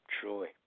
Truly